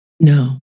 No